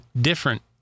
different